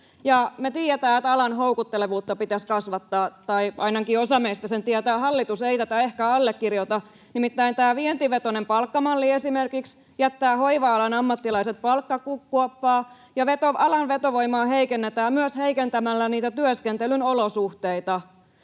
Me tiedetään, että alan houkuttelevuutta pitäisi kasvattaa — tai ainakin osa meistä sen tietää, hallitus ei tätä ehkä allekirjoita. Nimittäin tämä vientivetoinen palkkamalli esimerkiksi jättää hoiva-alan ammattilaiset palkkakuoppaan, ja alan vetovoimaa heikennetään myös heikentämällä niitä työskentelyn olosuhteita.